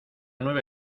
nueve